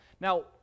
Now